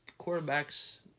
quarterbacks